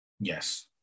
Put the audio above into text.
Yes